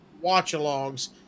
watch-alongs